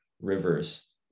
rivers